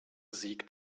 sieg